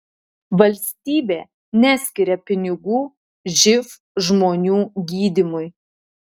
valstybė neskiria pinigų živ žmonių gydymui